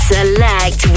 Select